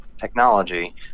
technology